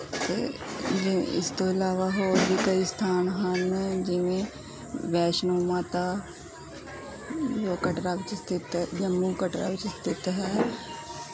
ਅਤੇ ਇਸ ਤੋਂ ਇਲਾਵਾ ਹੋਰ ਵੀ ਕਈ ਸਥਾਨ ਹਨ ਜਿਵੇਂ ਵੈਸ਼ਨੋ ਮਾਤਾ ਕਟਰਾ ਵਿੱਚ ਸਥਿਤ ਹੈ ਜੰਮੂ ਕਟਰਾ ਵਿੱਚ ਸਥਿਤ ਹੈ